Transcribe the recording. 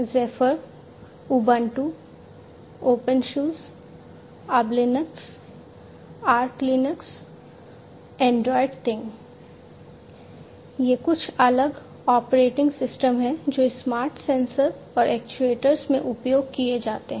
Zephyr Ubuntu Opensuse Ublinux Archlinux Androidthing ये कुछ अलग ऑपरेटिंग सिस्टम हैं जो स्मार्ट सेंसर और एक्चुएटर्स में उपयोग किए जाते हैं